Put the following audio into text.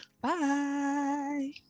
Bye